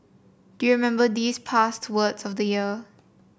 do you remember these past words of the year